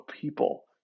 people